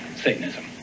Satanism